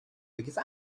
because